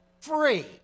free